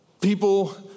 people